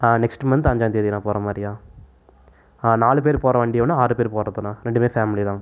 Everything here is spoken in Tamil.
ஆ நெக்ஸ்ட் மன்த் அஞ்சாந்தேதிண்ணா போகிற மாதிரியா நாலு பேர் போகிற வண்டி ஒன்று ஆறு பேர் போகிறதுண்ணா ரெண்டும் ஃபேமிலி தான்